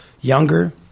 younger